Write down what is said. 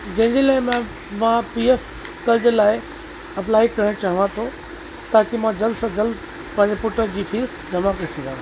जंहिंजे लाइ मां मां पी एफ़ कर्ज लाइ अप्लाए करण चाहियां थो ताकि मां जल्द सां जल्द पंहिंजे पुट जी फ़ीस जमा करे सघां